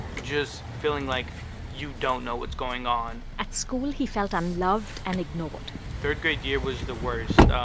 just feeling like you don't know what's going on at school, he felt unloved and ignored third grade year was the worst.